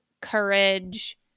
courage